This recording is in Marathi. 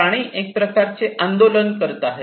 प्राणी एक प्रकारचे आंदोलन करत आहेत